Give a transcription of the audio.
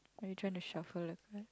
let me try to shuffle the card